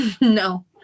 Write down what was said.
no